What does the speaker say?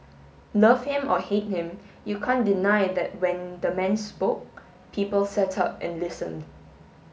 love him or hate him you can't deny that when the man spoke people sat up and listened